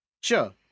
Sure